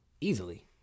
Easily